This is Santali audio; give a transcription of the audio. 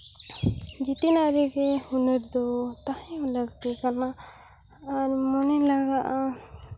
ᱡᱚᱛᱚᱣᱟᱜ ᱨᱮᱜᱮ ᱦᱩᱱᱟᱹᱨ ᱫᱚ ᱛᱟᱦᱮᱸ ᱦᱚᱸ ᱞᱟᱹᱠᱛᱤ ᱠᱟᱱᱟ ᱟᱨ ᱢᱚᱱᱮ ᱞᱟᱜᱟᱜᱼᱟ